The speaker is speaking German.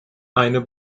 eine